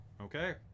Okay